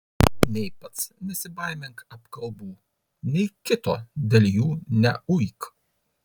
nei pats nesibaimink apkalbų nei kito dėl jų neuik